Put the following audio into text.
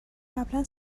قبلا